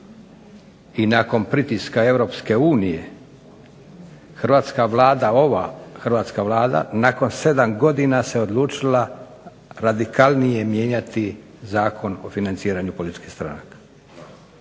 i nakon pritiska EU hrvatska Vlada, ova hrvatska Vlada nakon 7 godina se odlučila radikalnije mijenjati Zakon o financiranju političkih stranaka.